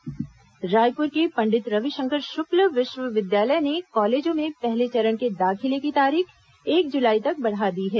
रविशंकर विवि दाखिला रायपुर के पंडित रविशंकर शुक्ल विश्वविद्यालय ने कॉलेजों में पहले चरण के दाखिले की तारीख एक जुलाई तक बढ़ा दी है